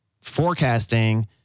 forecasting